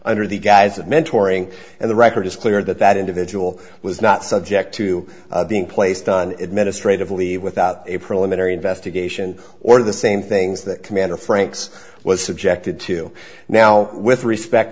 under the guise of mentor ing and the record is clear that that individual was not subject to being placed on administrative leave without a preliminary investigation or the same things that commander franks was subjected to now with respect